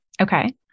Okay